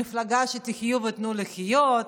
מפלגה של חיו ותנו לחיות,